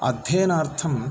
अध्ययनार्थं